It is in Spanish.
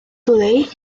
today